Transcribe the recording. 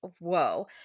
whoa